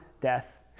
death